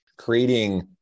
creating